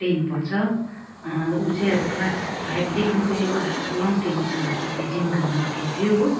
ten पढ्छ ऊ चाहिँ अब क्लास फाइभदेखिकै एउटा लनटेनिसमा माथि जिमखानामा खेल्थ्यो हो